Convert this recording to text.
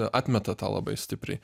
atmeta tą labai stipriai